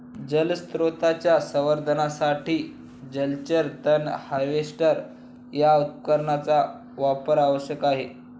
जलस्रोतांच्या संवर्धनासाठी जलचर तण हार्वेस्टर या उपकरणाचा वापर आवश्यक आहे